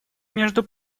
между